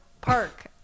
park